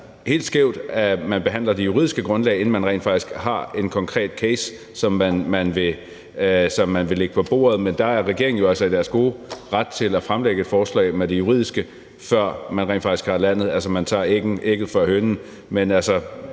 helt skævt, at man behandler det juridiske grundlag, inden man rent faktisk har en konkret case, som man vil lægge på bordet. Men der er regeringen jo altså i deres gode ret til at fremlægge et forslag med det juridiske, før man rent faktisk har landet. Man tager altså ægget før hønen. Men vi